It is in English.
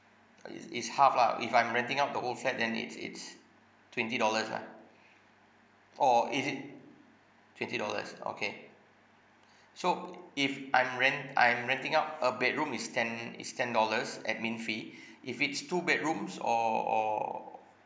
is it's half lah if I'm renting out the old flat then it's it's twenty dollars ah oh is it twenty dollars okay so if I'm rent I'm renting out a bedroom is ten is ten dollars admin fee if it's two bedrooms or or